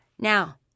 Now